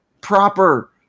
proper